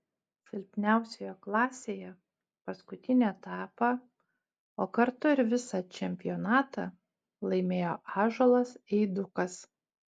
silpniausioje klasėje paskutinį etapą o kartu ir visą čempionatą laimėjo ąžuolas eidukas